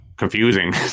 confusing